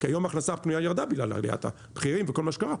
כי היום ההכנסה הראשונה ירדה בגלל עליית המחירים וכל מה שקרה.